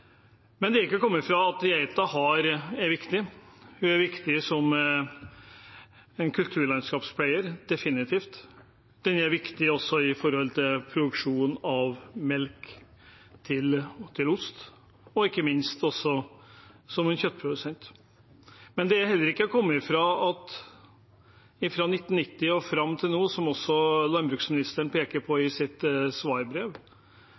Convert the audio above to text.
Det er ikke til å komme fra at geita er viktig. Den er viktig som en kulturlandskapspleier, definitivt. Den er viktig med tanke på produksjon av melk til ost, og ikke minst også med tanke på kjøttproduksjon. Men det er heller ikke til å komme fra at fra 1990 og fram til nå, som også landbruksministeren peker på i sitt svarbrev,